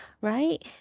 Right